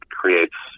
creates